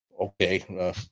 Okay